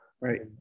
right